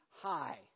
high